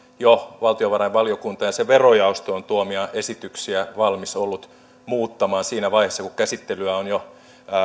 jo valtiovarainvaliokuntaan ja sen verojaostoon tuomiaan esityksiä valmis ollut muuttamaan siinä vaiheessa kun käsittelyä on jo